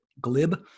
glib